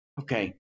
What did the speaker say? Okay